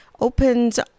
opens